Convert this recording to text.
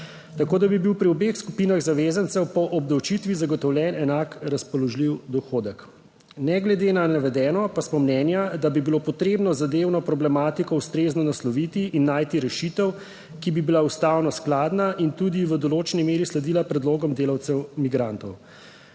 tako, da bi bil pri obeh skupinah zavezancev po obdavčitvi zagotovljen enak razpoložljiv dohodek. Ne glede na navedeno pa smo mnenja, da bi bilo potrebno zadevno problematiko ustrezno nasloviti in najti rešitev, ki bi bila ustavno skladna in tudi v določeni meri sledila predlogom delavcev migrantov.